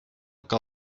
que